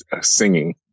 singing